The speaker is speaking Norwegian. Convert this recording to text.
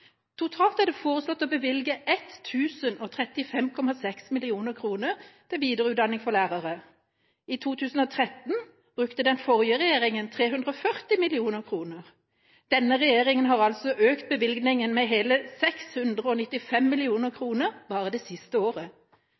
Totalt er det foreslått å bevilge 1 035,6 mill. kr til videreutdanning for lærere. I 2013 brukte den forrige regjeringa 340 mill. kr. Denne regjeringa har altså økt bevilgningen med hele 695 mill. kr bare det siste året.